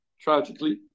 tragically